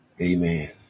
Amen